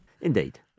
Indeed